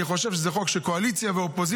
אני חושב שזה חוק של קואליציה ואופוזיציה,